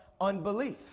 unbelief